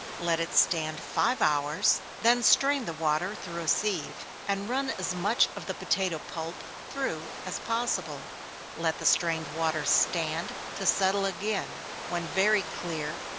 let it stand five hours, then strain the water through a sieve, and rub as much of the potato pulp through as possible let the strained water stand to settle again when very clear,